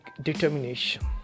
determination